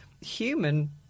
human